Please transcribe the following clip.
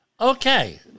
Okay